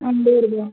बरं बरं